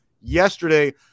yesterday